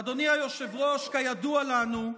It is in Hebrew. אדוני היושב-ראש, כידוע לנו,